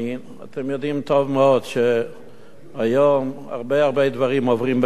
אתם יודעים טוב מאוד שהיום הרבה-הרבה דברים עוברים במכרז.